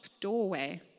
doorway